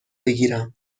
بگیرم